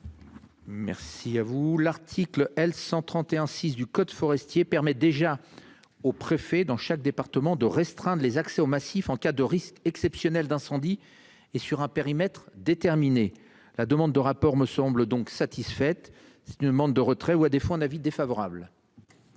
Merci à vous. L'article L 131 6 du code forestier permet déjà aux préfets dans chaque département de restreindre les accès aux massifs en cas de risque exceptionnel d'incendie et sur un périmètre déterminé la demande de rapport me semble donc satisfaite c'est demande de retrait ou à défaut un avis défavorable.